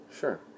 Sure